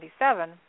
1977